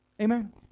Amen